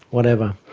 whatever,